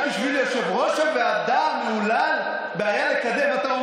הייתה ליושב-ראש הוועדה המהולל בעיה לקדם אותו?